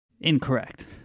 Incorrect